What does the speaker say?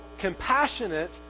compassionate